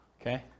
Okay